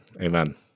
Amen